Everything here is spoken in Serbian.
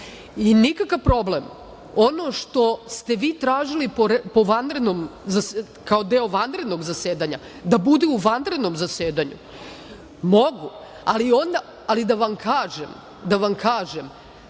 Nikakav problem, ono što ste vi tražili kao deo vanrednog zasedanja da bude u vanrednom zasedanju, mogu, ali da vam kažem,